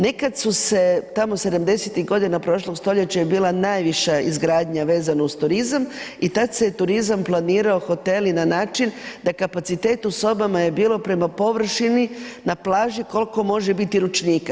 Nekada su se tamo 70-tih godina prošlog stoljeća je bila najviša izgradnja vezana uz turizam i tada se turizam planirao hoteli na način da kapacitet u sobama je bio prema površini na plaži koliko može biti ručnika.